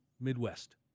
Midwest